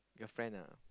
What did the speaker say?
girlfriend ah